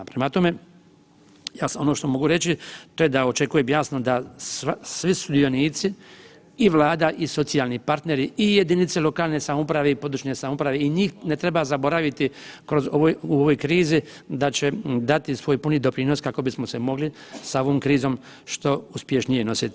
Prema tome, ja ono što mogu reći da očekujem jasno da svi sudionici i Vlada i socijalni partneri i jedinice lokalne samouprave i područne samouprave i njih ne treba zaboraviti u ovoj krizi da će dati svoj puni doprinos kako bismo se mogli sa ovom krizom što uspješnije nositi.